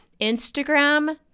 Instagram